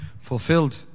fulfilled